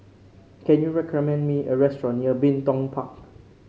can you recommend me a restaurant near Bin Tong Park